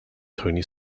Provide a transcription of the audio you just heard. tony